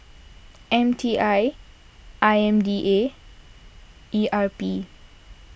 M T I I M D A E R P